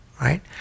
Right